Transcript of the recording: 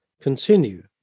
continue